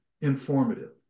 informative